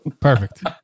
Perfect